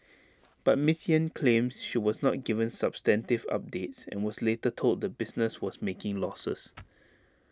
but miss Yen claims she was not given substantive updates and was later told the business was making losses